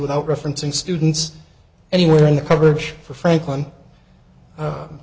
without referencing students anywhere in the coverage for franklin